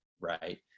right